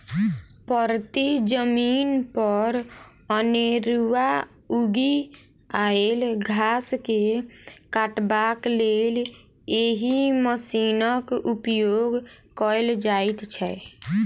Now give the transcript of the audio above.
परती जमीन पर अनेरूआ उगि आयल घास के काटबाक लेल एहि मशीनक उपयोग कयल जाइत छै